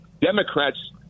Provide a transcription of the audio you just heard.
Democrats